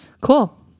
Cool